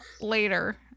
Later